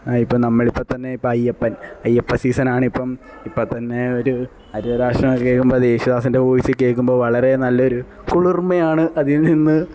ഇപ്പം നമ്മളിപ്പം തന്നെ ഇപ്പം അയ്യപ്പന് അയ്യപ്പ സീസണ് ആണ് ഇപ്പം ഇപ്പം തന്നെ ഒരു ഹരിവരാസനം കേള്ക്കുമ്പോൾ അത് യേശുദാസിന്റെ വോയിസിൽ കേള്ക്കുമ്പോൾ അത് വളരെ നല്ല ഒരു കുളിര്മയാണ് അതില് നിന്ന്